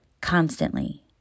constantly